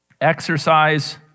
exercise